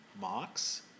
mocks